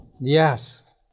yes